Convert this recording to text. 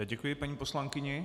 Děkuji paní poslankyni.